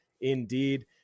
indeed